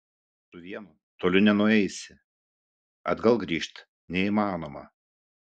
su vienu toli nenueisi atgal grįžt neįmanoma